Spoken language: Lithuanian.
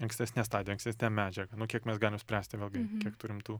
ankstesne stadija ankstesne medžiaga nu kiek mes galim spręsti vėlgi kiek turim tų